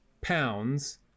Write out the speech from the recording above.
pounds